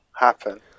happen